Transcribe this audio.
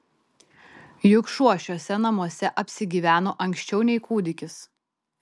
juk šuo šiuose namuose apsigyveno anksčiau nei kūdikis